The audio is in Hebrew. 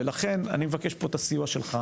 ולכן, אני מבקש פה את הסיוע שלך.